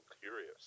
curious